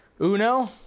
uno